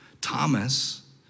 Thomas